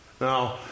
Now